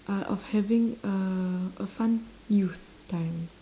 uh of having a a fun youth time